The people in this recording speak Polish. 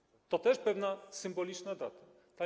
To też pewna symboliczna data.